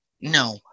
No